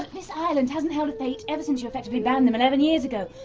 this island hasn't held a fete ever since you effectively banned them eleven years ago.